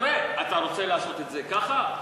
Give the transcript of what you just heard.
תראה, אתה רוצה לעשות את זה ככה?